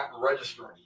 registering